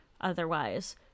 otherwise